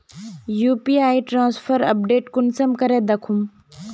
UPI transfer update कुंसम करे दखुम?